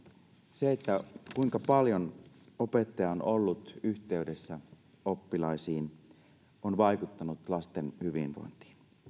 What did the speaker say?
se kuinka paljon opettaja on ollut yhteydessä oppilaisiin on vaikuttanut lasten hyvinvointiin